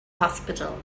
hospital